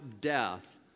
death